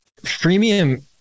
freemium